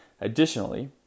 Additionally